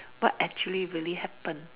what actually really happen